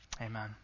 Amen